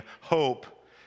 hope